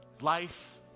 Life